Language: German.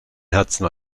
herzen